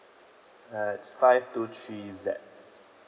uh it's five two three Z